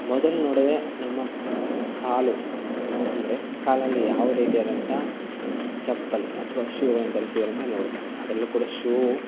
ಮೊದಲು ನೋಡೋದೇ ನಮ್ಮ ಕಾಲು ಅಂದರೆ ಕಾಲಲ್ಲಿ ಯಾವ ರೀತಿ ಆದಂತಹ ಚಪ್ಪಲಿ ಅಥವಾ ಶೂಗಳನ್ನ ಧರಿಸಿದ್ದಾರಂತ ನೋಡ್ತಾರೆ ಅದರಲ್ಲೂ ಕೂಡ ಶೂ